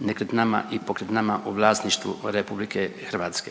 nekretninama i pokretninama u vlasništvu RH.